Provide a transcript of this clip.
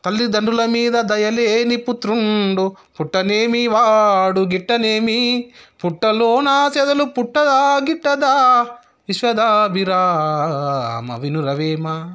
తల్లిదండ్రల మీద దయలేని పుత్రుండు పుట్టనేమి వాడు గిట్టనేమి పుట్టలోనా చెదలు పుట్టదా గిట్టదా విశ్వదాభిరామ వినురవేమ